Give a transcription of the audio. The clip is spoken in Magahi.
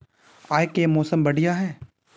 आय के मौसम बढ़िया है?